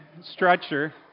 stretcher